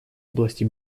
области